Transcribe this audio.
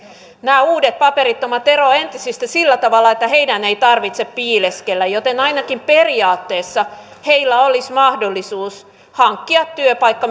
nämä uudet paperittomat eroavat entisistä sillä tavalla että heidän ei tarvitse piileskellä joten ainakin periaatteessa heillä olisi mahdollisuus hankkia työpaikka